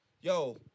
yo